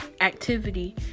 activity